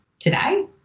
today